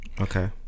Okay